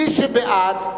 מי שבעד,